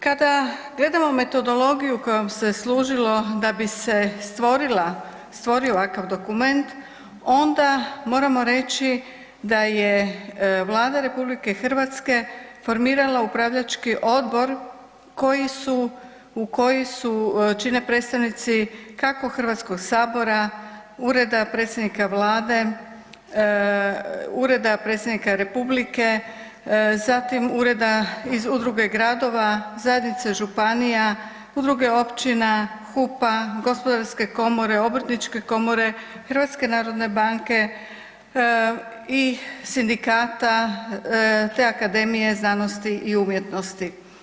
Kada gledamo metodologiju kojom se služilo da bi se stvorila, stvorila ovakav dokument onda moramo reći da je Vlada RH formirala upravljački odbor koji su, u koji su čine predstavnici kako Hrvatskog sabora, Ureda predsjednika Vlade, Ureda predsjednika republike, zatim ureda iz udruge gradova, zajednice županija, udruge općina, HUP-a, gospodarske komore, obrtničke komore, HNB-a i sindikata te Akademije znanosti i umjetnosti.